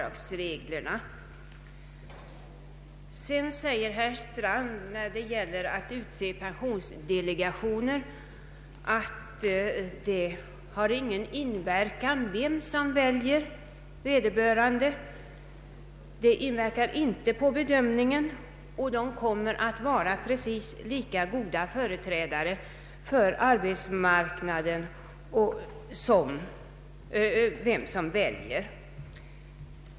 I fråga om sättet att utse ledamöter i pensionsdelegationerna sade herr Strand att det inte har någon inverkan vem det är som väljer vederbörande. Det inverkar inte på bedömningen, och ledamöterna kommer att vara precis lika goda företrädare för arbetsmarknaden vem som än väljer.